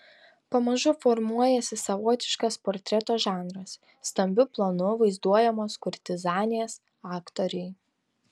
pamažu formuojasi savotiškas portreto žanras stambiu planu vaizduojamos kurtizanės aktoriai